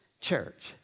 church